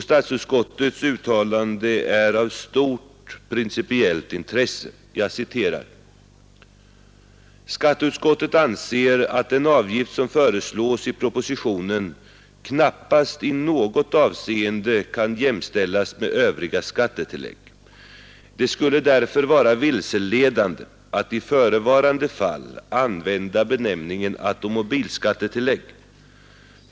Skatteutskottets betänkande är av stort principiellt intresse. Skatteutskottet skriver: ”Skatteutskottet anser att den avgift som föreslås i propositionen knappast i något avseende kan jämställas med övriga skattetillägg. Det skulle därför vara vilseledande att i förevarande fall använda benämningen automobilskattetillägg.